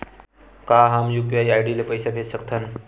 का हम UPI ID ले पईसा भेज सकथन?